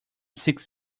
six